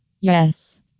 yes